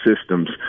systems